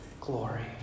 glory